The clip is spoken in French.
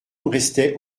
restait